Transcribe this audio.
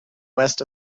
west